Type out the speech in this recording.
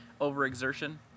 overexertion